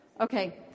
okay